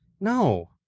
No